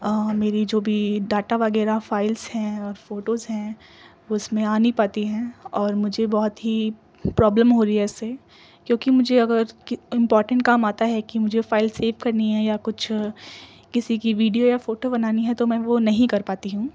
میری جو بھی ڈاٹا وغیرہ فائلس ہیں اور فوٹوز ہیں وہ اس میں آ نہیں پاتی ہیں اور مجھے بہت ہی پرابلم ہو رہی ہے اس سے کیونکہ مجھے اگر امپورٹنٹ کام آتا ہے کہ مجھے فائل سیو کرنی ہے یا کچھ کسی کی ویڈیو یا فوٹو بنانی ہے تو میں وہ نہیں کر پاتی ہوں